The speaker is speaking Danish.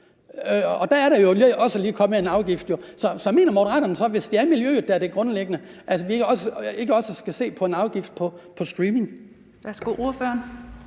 og der er der jo også lige kommet en afgift. Så mener Moderaterne så ikke, altså hvis det er miljøet, der er det grundlæggende, at vi også skal se på en afgift på streaming? Kl. 10:39 Den